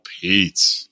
Pete